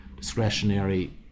discretionary